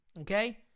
Okay